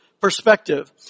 perspective